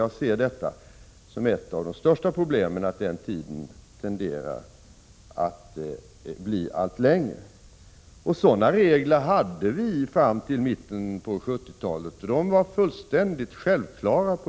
Jag anser att ett av de största problemen är att denna tid tenderar att bli allt längre. Vi hade regler på detta område fram till mitten av 1970-talet. De var fullständigt självklara.